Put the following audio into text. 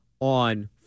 on